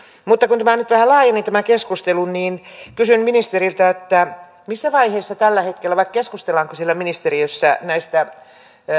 mutta kun tämä keskustelu nyt vähän laajeni niin kysyn ministeriltä missä vaiheessa tällä hetkellä vai keskustellaanko siellä ministeriössä näistä